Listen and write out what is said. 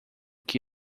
que